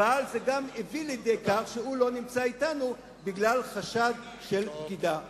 אבל זה גם הביא לידי כך שהוא לא נמצא אתנו בגלל חשד של בגידה.